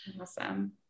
Awesome